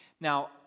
Now